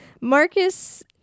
Marcus